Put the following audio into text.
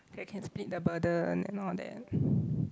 they can split the burden and all that